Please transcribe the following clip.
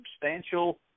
substantial